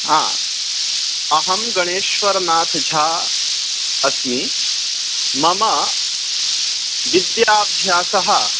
हा अहं गणेश्वरनाथझा अस्मि मम विद्याभ्यासः